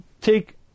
take